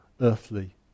earthly